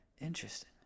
Interesting